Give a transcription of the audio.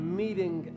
meeting